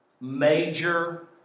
major